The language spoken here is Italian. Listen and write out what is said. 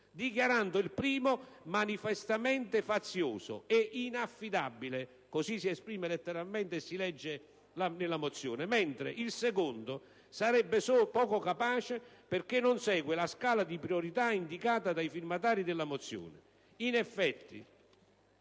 dichiarando il primo «manifestamente (...) fazioso e inaffidabile» (così si legge nella mozione), mentre il secondo sarebbe poco capace perché non segue la scala di priorità indicata dai firmatari della mozione.